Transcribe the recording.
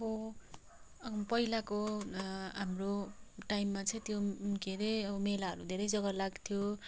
अब पहिलाको हाम्रो टाइममा चाहिँ त्यो के हेरे मेलाहरू धेरै जग्गा लाग्थ्यो